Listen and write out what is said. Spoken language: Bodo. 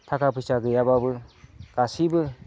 थाखा फैसा गैयाब्लाबो गासैबो